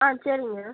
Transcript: on சரிங்க